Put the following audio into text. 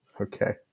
Okay